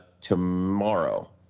Tomorrow